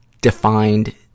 defined